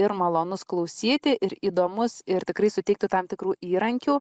ir malonus klausyti ir įdomus ir tikrai suteiktų tam tikrų įrankių